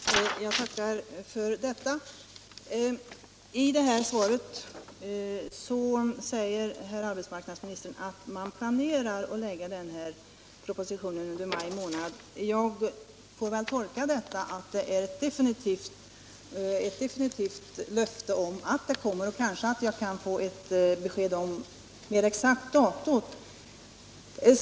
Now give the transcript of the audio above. Herr talman! Jag tackar arbetsmarknadsministern. I svaret säger arbetsmarknadsministern att man pianerar att lägga fram propositionen under maj månad. Jag får väl tolka det som ett definitivt löfte om att propositionen kommer då. Kanske kan jag få ett mera exakt besked om datum?